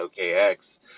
OKX